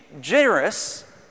generous